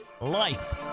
Life